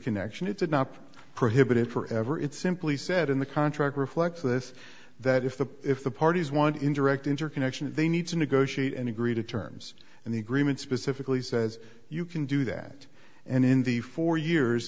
interconnection it did not prohibit it forever it simply said in the contract reflects this that if the if the parties want indirect interconnection they need to negotiate and agree to terms and the agreement specifically says you can do that and in the four years